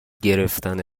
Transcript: گرفتن